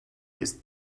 ist